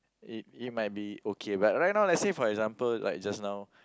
it it might be okay but right now let's say for example like just now